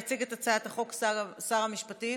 יציג את הצעת החוק שר המשפטים.